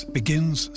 begins